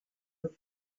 hat